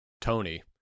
Tony